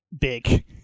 Big